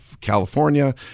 California